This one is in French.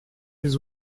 les